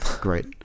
great